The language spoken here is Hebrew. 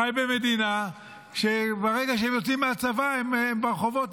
חי במדינה שברגע שהם יוצאים מהצבא הם ברחובות,